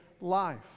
life